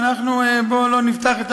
בוא לא נפתח את